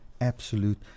absolute